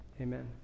amen